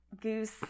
goose